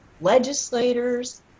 legislators